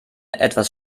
etwas